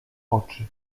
oczy